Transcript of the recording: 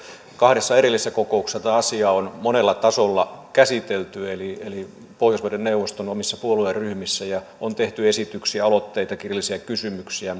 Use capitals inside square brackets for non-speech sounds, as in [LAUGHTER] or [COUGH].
kahdessa erillisessä kokouksessa tätä asiaa on monella tasolla käsitelty eli eli pohjoismaiden neuvoston omissa puolueryhmissä ja on tehty esityksiä aloitteita kirjallisia kysymyksiä [UNINTELLIGIBLE]